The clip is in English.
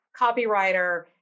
copywriter